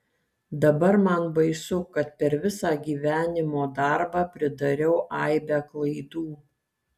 dabar man baisu kad per visą gyvenimo darbą pridariau aibę klaidų